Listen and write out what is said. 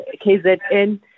KZN